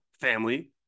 family